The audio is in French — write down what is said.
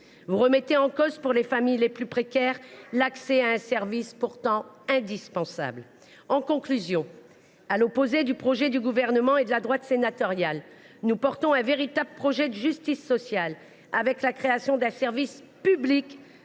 Vous remettez en cause l’accès des familles les plus précaires à un service pourtant indispensable. En conclusion, à l’opposé du projet du Gouvernement et de la droite sénatoriale, nous défendons un véritable projet de justice sociale, visant à créer un service public